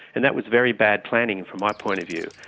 and that was very bad planning from my point of view.